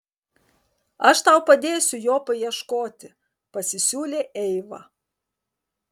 aš tau padėsiu jo paieškoti pasisiūlė eiva